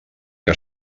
que